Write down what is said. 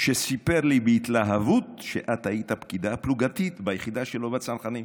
והוא סיפר לי בהתלהבות שאת היית הפקידה הפלוגתית ביחידה שלו בצנחנים.